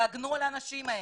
תגנו על האנשים האלה.